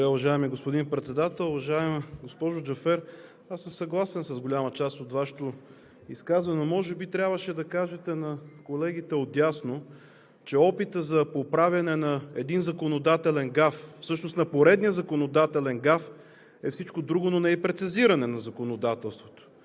Благодаря, уважаеми господин Председател! Уважаема госпожо Джафер, аз съм съгласен с голяма част от Вашето изказване, но може би трябваше да кажете на колегите отдясно, че опитът за поправяне на един законодателен гаф, всъщност на поредния законодателен гаф, е всичко друго, но не и прецизиране на законодателството.